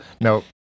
no